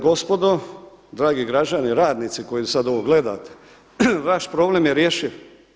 Gospodo, dragi građani, radnici koji sad ovo gledate vaš problem je rješiv.